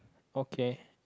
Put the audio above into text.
okay